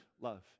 love